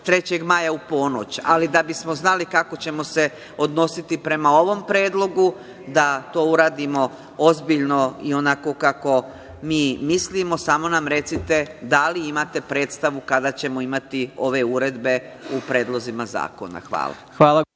3. maja u ponoć ali da bismo znali kako ćemo se odnositi prema ovom predlogu, da to uradimo ozbiljno i onako kako mi mislimo, samo nam recite – da li imate predstavu kada ćemo imati ove uredbe u predlozima zakona? Hvala.